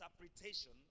interpretation